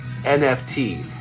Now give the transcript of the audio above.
NFT